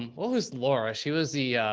um well who's laura. she was the,